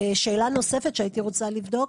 שאלה נוספת שהייתי רוצה לבדוק,